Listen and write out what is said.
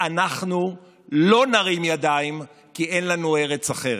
ואנחנו לא נרים ידיים, כי אין לנו ארץ אחרת.